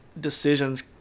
decisions